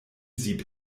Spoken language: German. sieb